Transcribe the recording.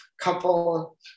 couple